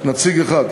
נציג אחד,